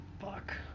fuck